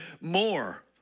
more